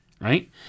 right